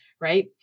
Right